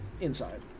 inside